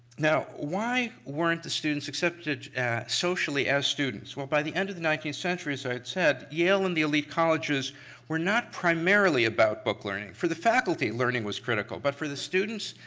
now, why weren't the students accepted socially as students? well by the end of the nineteenth century, as i said, yale and the elite colleges were not primarily about book learning. for the faculty, learning was critical. but for the students,